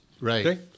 Right